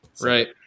Right